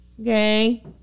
Okay